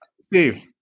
steve